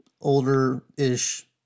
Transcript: older-ish